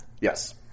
Yes